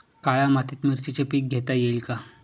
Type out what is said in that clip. काळ्या मातीत मिरचीचे पीक घेता येईल का?